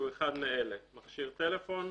שהוא אחד מאלה: מכשיר טלפון,